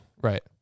Right